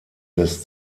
des